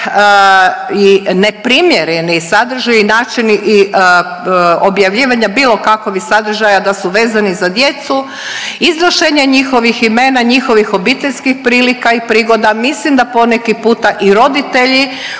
i neprimjereni sadržaji i načini i objavljivanja bilo kakovih sadržaja da su vezeni za djecu, iznošenje njihovih imena, njihovih obiteljskih prilika i prigoda. Mislim da poneki puta i roditelji